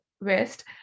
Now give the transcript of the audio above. West